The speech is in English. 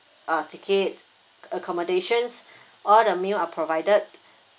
uh ticket accommodations all the meal are provided